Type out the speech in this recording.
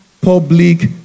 public